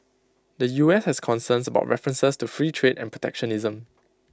the U S has concerns about references to free trade and protectionism